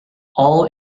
all